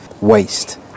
waste